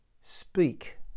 speak